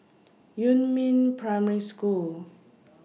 Yumin Primary School